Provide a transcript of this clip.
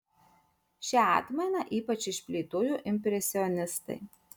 šią atmainą ypač išplėtojo impresionistai